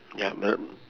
ya